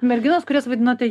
merginos kurias vaidinote